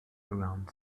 around